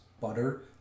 butter